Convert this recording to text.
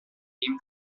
him